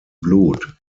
blut